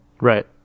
Right